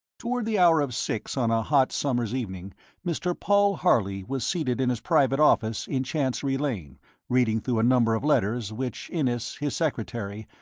toward the hour of six on a hot summer's evening mr. paul harley was seated in his private office in chancery lane reading through a number of letters which innes, his secretary,